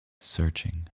searching